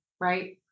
right